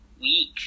week